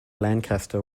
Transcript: lancaster